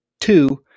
Two